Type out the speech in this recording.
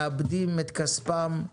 מאבדים את כספם,